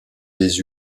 des